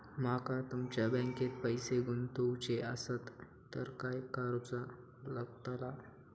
माका तुमच्या बँकेत पैसे गुंतवूचे आसत तर काय कारुचा लगतला?